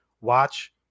watch